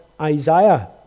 Isaiah